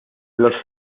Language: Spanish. los